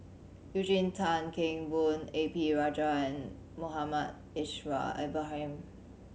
Eugene Tan Kheng Boon A P Rajah and Muhammad Aishal Ibrahim